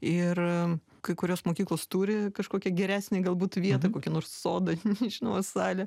ir kai kurios mokyklos turi kažkokią geresnę galbūt vietą kokį nors sodą nežinau ar salę